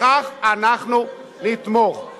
בכך אנחנו נתמוך,